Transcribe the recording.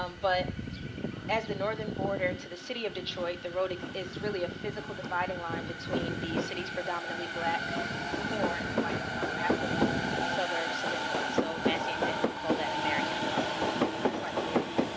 um but as the northern border to the city of detroit, the road is really a physical dividing line between the cities predominantly black core and the white and more affluent suburbs to the north. so and and would call that american apartheid quite literally.